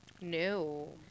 No